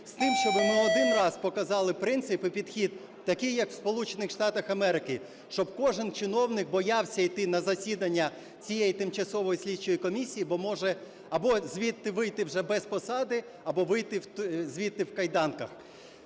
з тим, щоб ми один раз показали принцип і підхід такий, як в Сполучених Штатах Америки, щоб кожен чиновник боявся йти на засідання цієї тимчасової слідчої комісії, бо може або звідти вийти вже без посади, або вийти звідти в кайданках.